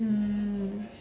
mm